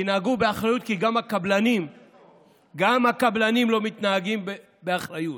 תנהגו באחריות, כי גם הקבלנים לא מתנהגים באחריות.